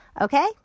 Okay